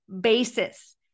basis